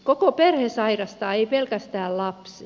koko perhe sairastaa ei pelkästään lapsi